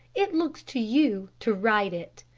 it looks to you to right it.